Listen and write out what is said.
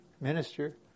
minister